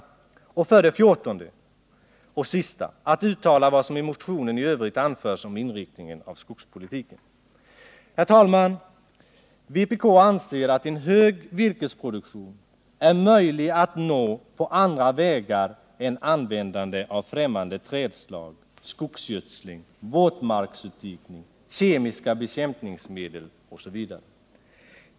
14. att uttala vad som i motionen i övrigt anförs om inriktningen av skogspolitiken. Herr talman! Vpk anser att en hög virkesproduktion är möjlig att nå på andra vägar än genom användande av främmande trädslag, skogsgödsling, våtmarksutdikning, kemiska bekämpningsmedel osv.